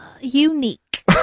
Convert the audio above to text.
unique